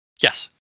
Yes